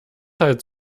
halt